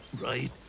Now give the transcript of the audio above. right